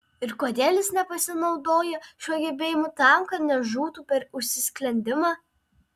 ir kodėl jis nepasinaudoja šiuo gebėjimu tam kad nežūtų per užsisklendimą